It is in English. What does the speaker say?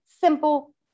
Simple